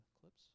clips